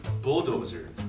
Bulldozer